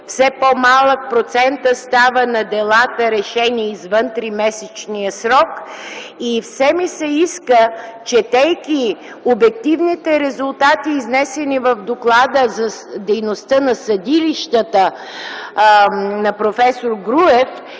все по-малък става процентът на делата, решени извън тримесечния срок. Иска ми се, четейки обективните резултати, изнесени в доклада за дейността на съдилищата на проф. Груев,